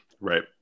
right